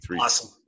Awesome